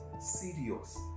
Serious